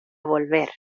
volver